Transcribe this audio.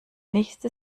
nächste